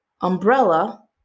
umbrella